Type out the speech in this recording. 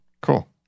Cool